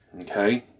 okay